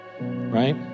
right